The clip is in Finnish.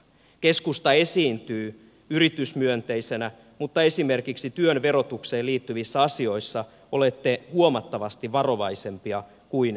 keskusta esiintyy yritysmyönteisenä mutta esimerkiksi työn verotukseen liittyvissä asioissa olette huomattavasti varovaisempia kuin kokoomusjohtoinen hallituksemme